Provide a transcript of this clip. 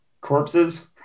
corpses